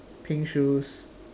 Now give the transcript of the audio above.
pink shoes